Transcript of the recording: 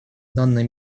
данное